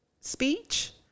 speech